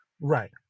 Right